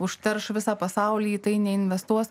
užterš visą pasaulį į tai neinvestuos